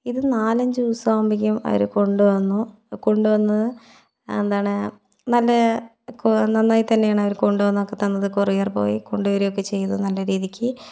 ഇത് നാലഞ്ച് ദിവസമാകുമ്പോഴേക്കും അവർ കൊണ്ട് വന്നു കൊണ്ട് വന്ന് എന്താണ് നല്ല കൊ നന്നായിത്തന്നെ അവരെ കൊണ്ട് വന്നൊക്കെ തന്നത് കോറിയർ ബോയ് കൊണ്ടുവരികയൊക്കെ ചെയ്തു നല്ല രീതിക്ക്